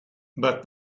but